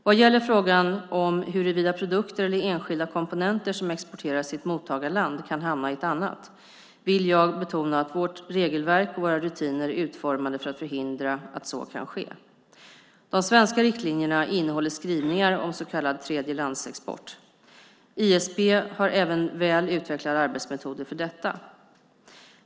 Vad gäller frågan om huruvida produkter eller enskilda komponenter som exporteras till ett mottagarland kan hamna i ett annat, vill jag betona att vårt regelverk och våra rutiner är utformade för att förhindra att så kan ske. De svenska riktlinjerna innehåller skrivningar om så kallad tredjelandsexport. ISP har även väl utvecklade arbetsmetoder för detta.